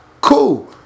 Cool